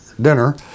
dinner